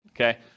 okay